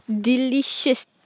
delicious